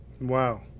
Wow